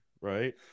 right